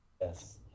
Yes